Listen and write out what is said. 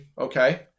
okay